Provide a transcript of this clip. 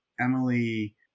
Emily